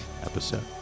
episode